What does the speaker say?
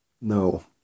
No